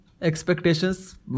expectations